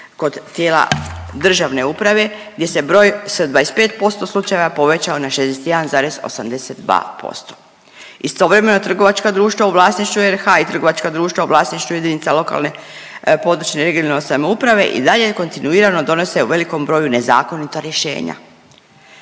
kod tijela državne uprave gdje se broj sa 25% slučajeva povećao na 61,82%. Istovremeno trgovačka društva u vlasništvu RH i trgovačka društva u vlasništvu jedinica lokalne područne i regionalne samouprave i dalje kontinuirano donose u velikom broju nezakonita rješenja.